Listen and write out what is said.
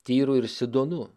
tyru ir sidonu